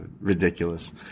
ridiculous